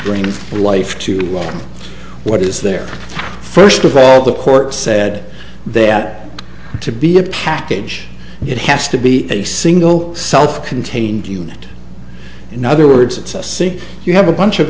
bring life to what is there first of all the court said that to be a package it has to be a single self contained unit in other words it's a see you have a bunch of